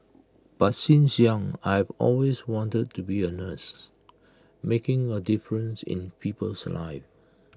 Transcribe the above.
but since young I have always wanted to be A nurse making A difference in people's lives